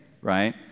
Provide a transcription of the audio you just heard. right